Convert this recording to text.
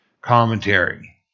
commentary